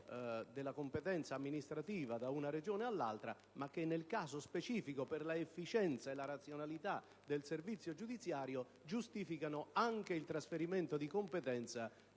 della competenza amministrativa da una Regione all'altra, ma che nel caso specifico, per l'efficienza e la razionalità del servizio giudiziario, giustificano anche il trasferimento di competenza